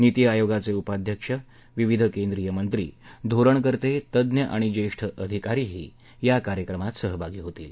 नीती आयोगाचे उपाध्यक्ष विविध केंद्रीय मंत्री धोरणकर्ते तज्ज्ञ आणि ज्येष्ठ अधिकारीही या कार्यक्रमात सहभागी होणार आहेत